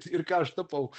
ir ką aš tapau